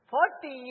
Forty